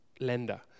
lender